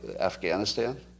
Afghanistan